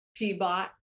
PBOT